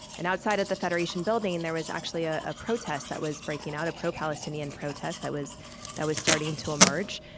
and outside of the federation building, and there was actually a ah protest that was breaking out, a pro-palestinian protest that was that was starting to emerge,